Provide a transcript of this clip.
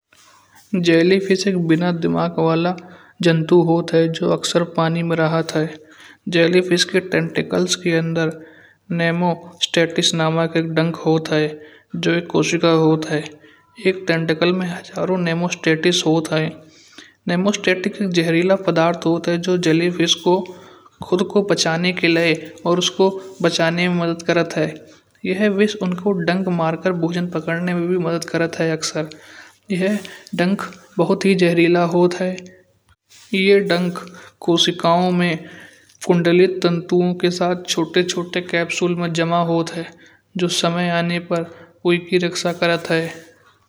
जेलीफिश एक एक बिना दिमाग वाला जन्तु होत है। जो अक्सर पानी मं रहत है। जेलीफिश के टेन्टिकल्स के अंदर नेमोटास्टिक्स नमक एक डंक होत ह जो एक कोशिका होत है। एक टेन्टिकल्स मा हजारो नेमोटास्टिक्स होत है। नेमोटास्टिक्स एक जहरीला पदार्थ होत ह जो जेलीफिश को खुद को बचाने के लाये अउर उसको बचाने मं मदद करत है। यहा विष उनको डंक मारकर भोंजन पकड़ने मं भी मदद करत है। यहा डंक बहुत ही जहरीला होत है। ये डंक कोशिकायो मा कुंडलितांतो के साथ छोटे छोटे कैप्सूल मा जमा होत है। जो समय आने पर उनकी रक्षा करत है।